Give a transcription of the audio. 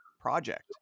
project